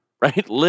right